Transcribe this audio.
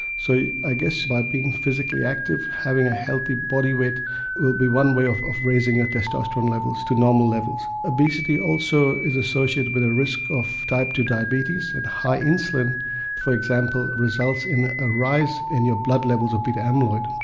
so i guess by being physically active, having a healthy body weight will be one way of of raising ah testosterone levels to normal levels. obesity also is associated with a risk of type two diabetes and high insulin for example results in a rise in your blood levels of beta amyloid.